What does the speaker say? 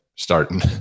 starting